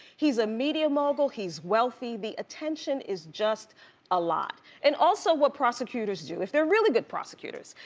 he's a media mogul, he's wealthy, the attention is just a lot. and also, what prosecutors do, if they're really good prosecutors,